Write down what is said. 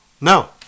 no